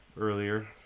earlier